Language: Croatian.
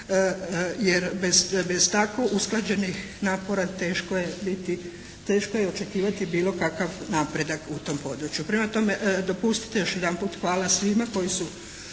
jer bez tako usklađenih napora teško je biti, teško je očekivati bilo kakav napredak u tom području. Prema tome, dopustite još jedanput, hvala svima koji su